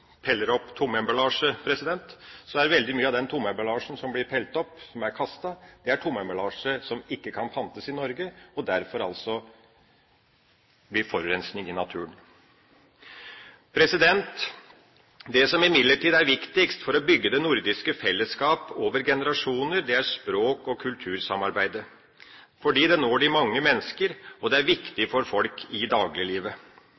blir pelt opp, som er kastet, er tomemballasje som ikke kan pantes i Norge og derfor vil forurense naturen. Det som imidlertid er viktigst for å bygge det nordiske felleskap over generasjoner, er språk- og kultursamarbeidet, fordi det når mange mennesker, og det er